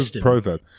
proverb